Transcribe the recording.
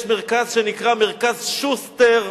יש מרכז שנקרא מרכז שוסטר,